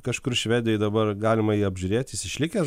kažkur švedijoj dabar galima jį apžiūrėt jis išlikę